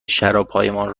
شرابهایمان